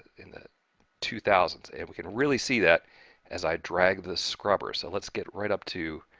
in the two thousand s and we can really see that as i drag the scrubber. so, let's get right up to,